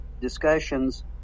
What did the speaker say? discussions